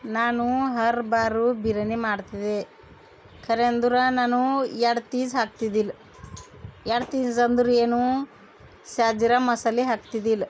ನಾನು ಹರ್ ಬಾರ್ ಬಿರ್ಯಾನಿ ಮಾಡ್ತಿದ್ದೆ ಖರೆ ಅಂದರ ನಾನು ಎರಡು ಚೀಸ್ ಹಾಕ್ತಿದಿಲ್ ಎರಡು ಚೀಸ್ ಅಂದ್ರೆ ಏನು ಸ್ಯಾಜರ ಮಸಾಲೆ ಹಾಕ್ತಿದಿಲ್ಲ